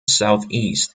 southeast